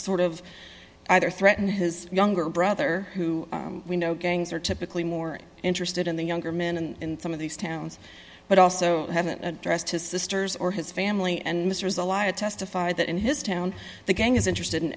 sort of either threaten his younger brother who we know gangs are typically more interested in the younger men in some of these towns but also haven't addressed his sisters or his family and mr zelaya testified that in his town the gang is interested in